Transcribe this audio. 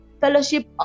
fellowship